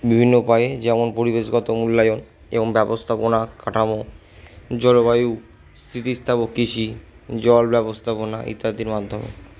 বিভিন্ন উপায়ে যেমন পরিবেশগত মূল্যায়ণ এবং ব্যবস্থাপনা কাঠামো জলবায়ু স্থিতিস্থাপক কৃষি জল ব্যবস্থাপনা ইত্যাদির মাধ্যমে